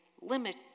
limit